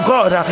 God